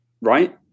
right